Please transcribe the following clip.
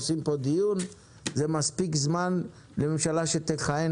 עושים פה דיון וזה מספיק זמן לממשלה שתכהן